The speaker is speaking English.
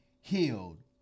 healed